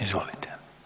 Izvolite.